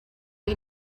you